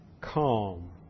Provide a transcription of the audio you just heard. calm